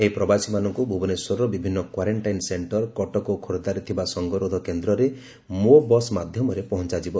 ଏହି ପ୍ରବାସୀମାନଙ୍କୁ ଭୁବନେଶ୍ୱରର ବିଭିନୁ କ୍ୱାରେକ୍କାଇନ ସେକ୍କର କଟକ ଓ ଖୋର୍କ୍ଷାରେ ଥିବା ସଙ୍ଗରୋଧ କେନ୍ଦ୍ରରେ ମୋ ବସ୍ ମାଧ୍ଧମରେ ପହଞାଯିବ